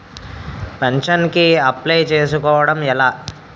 Pension కి apply చేసుకోవడం ఎలా?